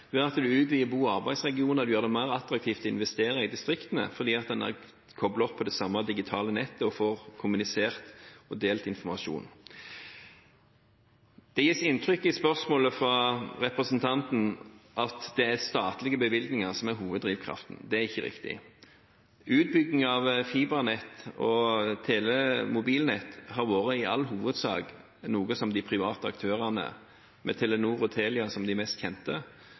at en utvider bo- og arbeidsregioner og gjør det mer attraktivt å investere i distriktene fordi en er koblet opp på det samme digitale nettet og får kommunisert og delt informasjon. Det gis inntrykk i spørsmålet fra representanten av at det er statlige bevilgninger som er hoveddrivkraften. Det er ikke riktig. Utbyggingen av fibernett og tele- og mobilnett har i all hovedsak vært gjort av private aktører, med Telenor og Telia som de mest kjente,